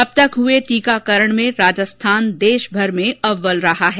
अब तक हुए टीकाकरण में राजस्थान देश भर में अव्वल रहा है